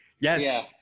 Yes